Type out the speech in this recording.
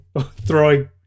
throwing